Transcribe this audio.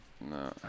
No